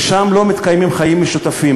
ושם לא מתקיימים חיים משותפים,